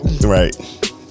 Right